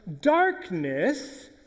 darkness